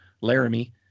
Laramie